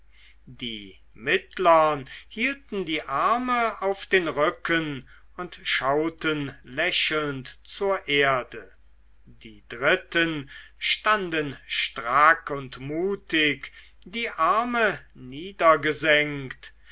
die mittlern hielten die arme auf den rücken und schauten lächelnd zur erde die dritten standen strack und mutig die arme